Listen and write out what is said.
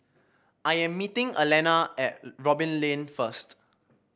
I am meeting Elana at Robin Lane first